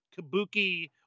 Kabuki